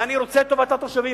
ואני רוצה את טובת התושבים,